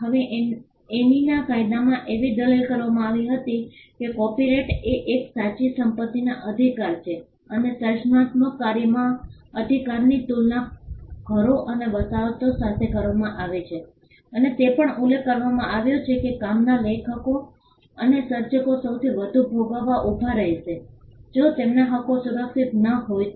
હવે એનીના કાયદામાં એવી દલીલ કરવામાં આવી હતી કે કોપિરાઇટ એ એક સાચી સંપત્તિનો અધિકાર છે અને સર્જનાત્મક કાર્યમાં અધિકારની તુલના ઘરો અને વસાહતો સાથે કરવામાં આવે છે અને તે પણ ઉલ્લેખ કરવામાં આવ્યો હતો કે કામના લેખકો અથવા સર્જકો સૌથી વધુ ભોગવવા ઉભા રહેશે જો તેમના હકો સુરક્ષિત ન હોય તો